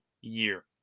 year